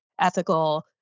ethical